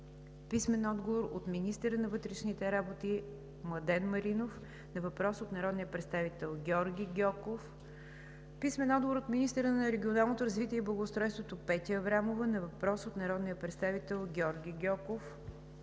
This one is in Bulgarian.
Тимчев; - министъра на вътрешните работи Младен Маринов на въпрос от народния представител Георги Гьоков; - министъра на регионалното развитие и благоустройството Петя Аврамова на въпрос от народния представител Георги Гьоков;